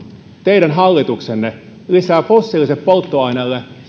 teidän hallituksenne lisää fossiiliselle polttoaineelle